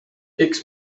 eks